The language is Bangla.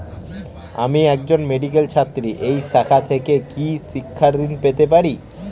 আমি একজন মেডিক্যাল ছাত্রী এই শাখা থেকে কি শিক্ষাঋণ পেতে পারি?